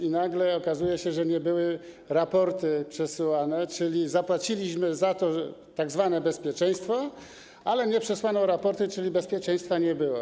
I nagle okazuje się, że nie były raporty przesyłane, czyli zapłaciliśmy za to tzw. bezpieczeństwo, ale nie przesłano raportów, czyli bezpieczeństwa nie było.